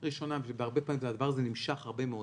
הרבה פעמים הדבר הזה נמשך הרבה מאוד